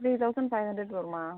three thousand five hundred வரும்மா